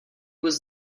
was